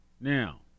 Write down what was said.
now